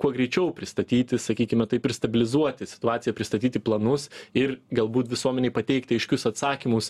kuo greičiau pristatyti sakykime taip ir stabilizuoti situaciją pristatyti planus ir galbūt visuomenei pateikti aiškius atsakymus